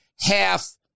half